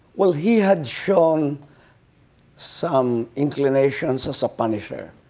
well, he had shown some inclinations as a punisher.